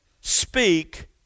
Speak